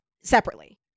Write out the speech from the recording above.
Separately